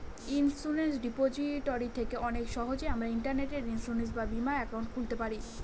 insurance repository থেকে অনেক সহজেই আমরা ইন্টারনেটে ইন্সুরেন্স বা বীমা একাউন্ট খুলতে পারি